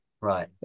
Right